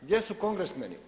Gdje su kongresmeni?